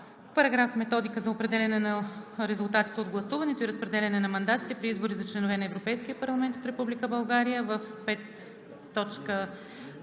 „§… В Методика за определяне на резултатите от гласуването и разпределяне на мандатите при избори за членове на Европейския парламент от Република България, в V.,